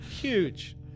Huge